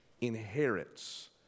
inherits